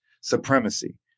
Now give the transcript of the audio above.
supremacy